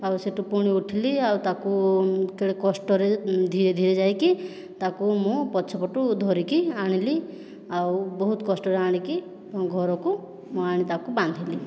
ଆଉ ସେ'ଠୁ ପୁଣି ଉଠିଲି ଆଉ ତାକୁ କେଡ଼େ କଷ୍ଟରେ ଧୀରେ ଧୀରେ ଯାଇକି ତାକୁ ମୁଁ ପଛ ପଟୁ ଧରିକି ଆଣିଲି ଆଉ ବହୁତ କଷ୍ଟରେ ଆଣିକି ଘରକୁ ଆଣି ତାକୁ ବାନ୍ଧିଲି